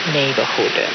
neighborhood